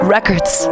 Records